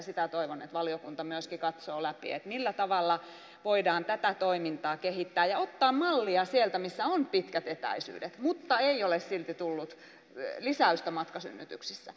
sitä toivon että valiokunta myöskin katsoo läpi millä tavalla voidaan tätä toimintaa kehittää ja ottaa mallia sieltä missä on pitkät etäisyydet mutta ei ole sitten tullut lisäystä matkasynnytyksissä